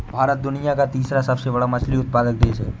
भारत दुनिया का तीसरा सबसे बड़ा मछली उत्पादक देश है